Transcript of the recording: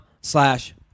slash